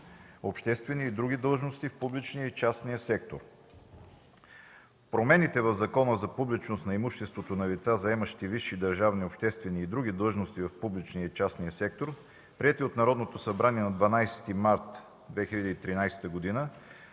обществени и други длъжности в публичния и частния сектор. Промените в Закона за публичност на имуществото на лица, заемащи висши държавни, обществени и други длъжности в публичния и частния сектор, приети от Народното събрание на 12 март 2013 г.,